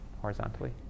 horizontally